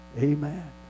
Amen